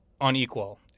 unequal